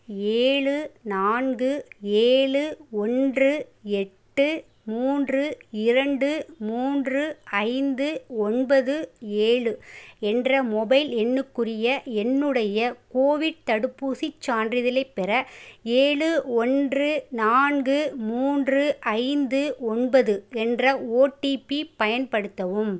ஏழு நான்கு ஏழு ஒன்று எட்டு மூன்று இரண்டு மூன்று ஐந்து ஒன்பது ஏழு என்ற மொபைல் எண்ணுக்குரிய என்னுடைய கோவிட் தடுப்பூசிச் சான்றிதழைப் பெற ஏழு ஒன்று நான்கு மூன்று ஐந்து ஒன்பது என்ற ஓடிபி பயன்படுத்தவும்